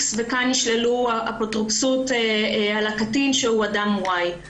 וכאן ישללו אפוטרופסות על הקטין שהוא אדם Y,